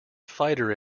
fighter